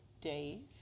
Dave